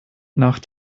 nach